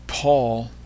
Paul